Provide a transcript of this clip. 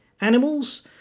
animals